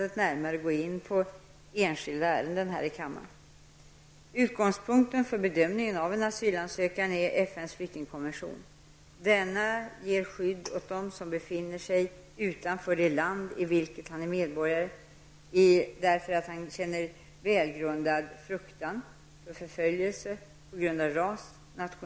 En syriansk familj i Sigtuna vars hela släkt och familj numera bor i Sverige blev i februari i år utvisad från Sverige. Familjen gömmer sig nu i Istanbul. Familjen är, liksom tidigare alla släktingar, förföljd för sin kristna tro. Familjens namn är Karademir.